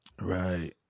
Right